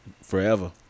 forever